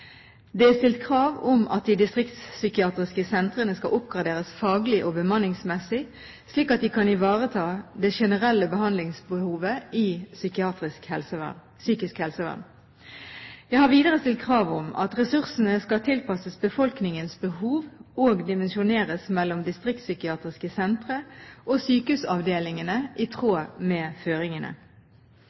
Det er stilt krav om at de distriktspsykiatriske sentrene skal oppgraderes faglig og bemanningsmessig, slik at de kan ivareta det generelle behandlingsbehovet i psykisk helsevern. Jeg har videre stilt krav om at ressursene skal tilpasses befolkningens behov og dimensjoneres mellom distriktspsykiatriske sentre og sykehusavdelingene, i tråd med føringene.